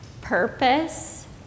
purpose